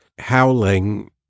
howling